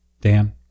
dan